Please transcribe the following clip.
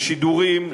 לשידורים,